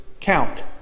count